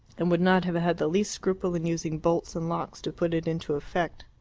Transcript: and would not have had the least scruple in using bolts and locks to put it into effect.